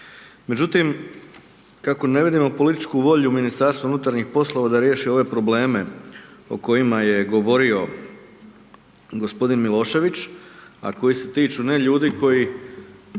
Međutim, kako ne vidimo političku volju Ministarstva unutarnjih poslova, da riješi ove probleme o kojima je govorio g. Milošević, a koji se tiču ne ljudi, koji